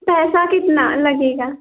पैसा कितना लगेगा